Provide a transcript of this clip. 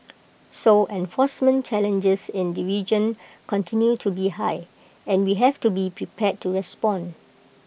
so enforcement challenges in the region continue to be high and we have to be prepared to respond